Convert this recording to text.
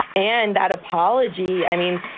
and that apology, i mean,